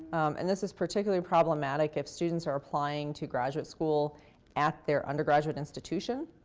and this is particularly problematic if students are applying to graduate school at their undergraduate institution,